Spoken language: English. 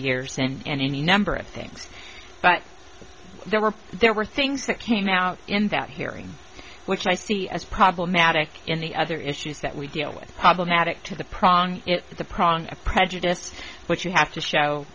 years and any number of things but there were there were things that came out in that hearing which i see as problematic in the other issues that we deal with problematic to the problem at the prong of prejudiced but you have to show